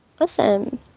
Awesome